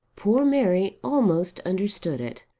poor mary almost understood it,